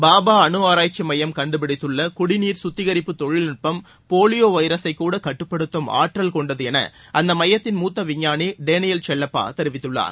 பாபா அனு ஆராய்ச்சி மையம் கண்டுபிடித்துள்ள குடிநீர் சுத்திகரிப்பு தொழில்நட்பம் போலியோ வைரஸைக் கூட கட்டுப்படுத்தும் ஆற்றல் கொண்டது என அந்த மையத்தின் மூத்த விஞ்ஞானி டேனியல் செல்லப்பா தெரிவித்துள்ளார்